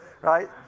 Right